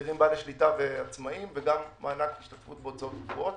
לשכירים בעלי שליטה ועצמאיים וגם מענק להשתתפות בהוצאות קבועות.